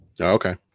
Okay